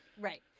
Right